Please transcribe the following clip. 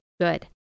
good